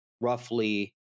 roughly